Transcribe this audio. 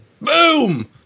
Boom